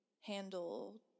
handle